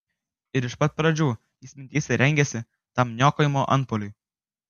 ir iš pat pradžių jis mintyse rengėsi tam niokojimo antpuoliui